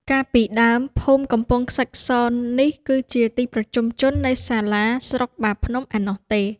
កាលពីដើម ភូមិកំពង់ខ្សាច់ស នេះ គឺជាទីប្រជុំជននៃសាលាស្រុកបាភ្នំឯណោះទេ។